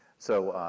so,